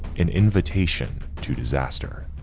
an invitation to disaster.